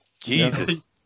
Jesus